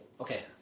Okay